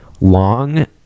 long